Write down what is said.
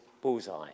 bullseye